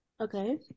Okay